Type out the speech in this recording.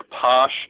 posh